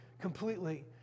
completely